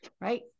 Right